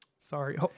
Sorry